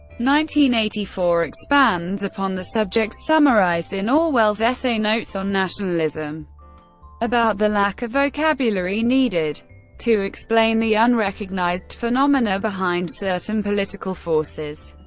nineteen eighty-four expands upon the subjects summarised in orwell's essay notes on nationalism about the lack of vocabulary needed to explain the unrecognised phenomena behind certain political forces.